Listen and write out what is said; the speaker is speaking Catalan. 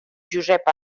josep